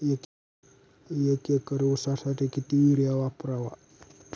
एक एकर ऊसासाठी किती युरिया वापरावा?